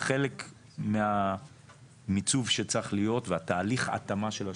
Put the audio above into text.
וחלק מהמיצוב שצריך להיות והתהליך התאמה של השוק,